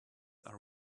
are